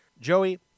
Joey